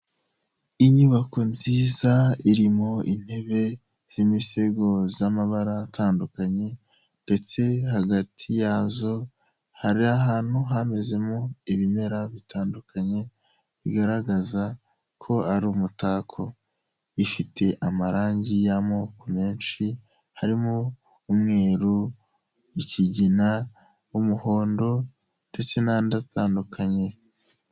Inyubako nziza irimo intebe z'imisego, z'amabara atandukanye, ndetse hagati yazo hari ahantu hamezemo ibimera bitandukanye, bigaragaza ko ari umutako, ifite amarangi y'amoko menshi, harimo umweru, ikigina, umuhondo, ndetse n'andi atandukanye.